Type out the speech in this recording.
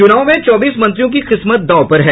चूनाव में चौबीस मंत्रियों की किस्मत दांव पर है